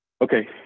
Okay